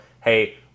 hey